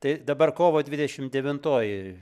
tai dabar kovo dvidešim devintoji